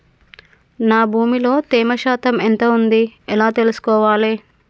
నా భూమి లో తేమ శాతం ఎంత ఉంది ఎలా తెలుసుకోవాలే?